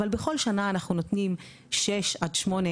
אבל בכל שנה אנחנו נותנים שש עד שמונה